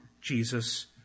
Jesus